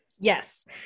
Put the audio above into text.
Yes